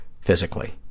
physically